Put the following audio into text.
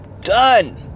Done